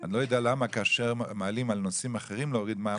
אני לא יודע למה כאשר מעלים על נושאים אחרים להוריד מע"מ,